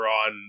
on